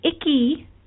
icky